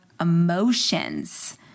emotions